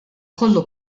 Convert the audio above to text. kollu